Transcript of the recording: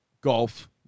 golf